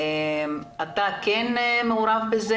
אתה כן מעורב בזה?